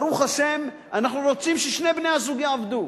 ברוך השם, אנחנו רוצים ששני בני-הזוג יעבדו,